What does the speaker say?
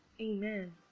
Amen